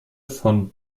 von